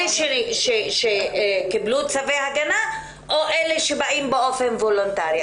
אלה שקיבלו צווי הגנה או אלה שבאים באופן וולונטארי.